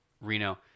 reno